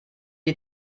die